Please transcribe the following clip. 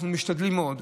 אנחנו משתדלים מאוד.